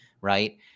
right